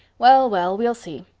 well, well, we'll see.